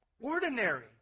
ordinary